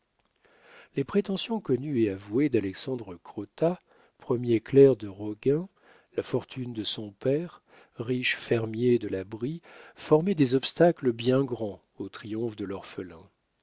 les prétentions connues et avouées d'alexandre crottat premier clerc de roguin la fortune de son père riche fermier de la brie formaient des obstacles bien grands au triomphe de l'orphelin